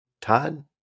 Todd